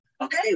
okay